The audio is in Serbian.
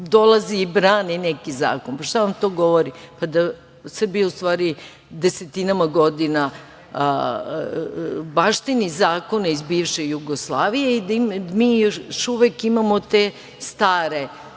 dolazi i brani neki zakon. Šta vam to govori? Pa, da Srbija u stvari desetinama godina baštini zakone iz bivše Jugoslavije i da mi još uvek imamo te stare